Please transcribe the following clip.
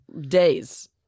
days